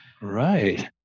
Right